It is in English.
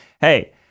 hey